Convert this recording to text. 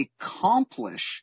accomplish